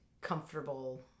comfortable